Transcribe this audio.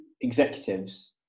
executives